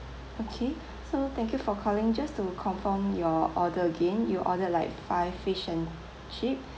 okay so thank you for calling just to confirm your order again you ordered like five fish and chip